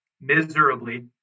miserably